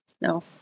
No